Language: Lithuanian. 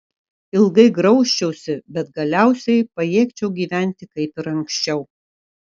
ilgai graužčiausi bet galiausiai pajėgčiau gyventi kaip ir anksčiau